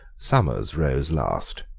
somers rose last.